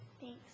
Thanks